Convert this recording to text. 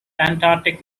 antarctic